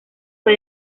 fue